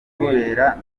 burera